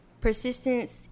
Persistence